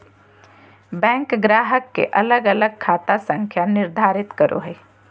bank ग्राहक के अलग अलग खाता संख्या निर्धारित करो हइ